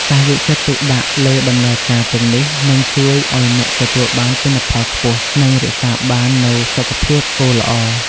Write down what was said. ការយកចិត្តទុកដាក់លើដំណើរការទាំងនេះនឹងជួយឱ្យអ្នកទទួលបានទិន្នផលខ្ពស់ និងរក្សាបាននូវសុខភាពគោល្អ។